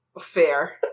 Fair